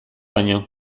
baino